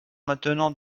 maintenant